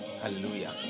Hallelujah